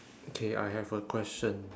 okay I have a question